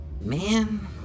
Man